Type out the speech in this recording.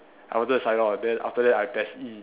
I wanted to sign on then after that I PES E